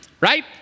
right